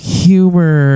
humor